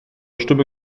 stimme